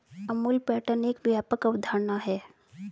Amul pattern एक व्यापक अवधारणा है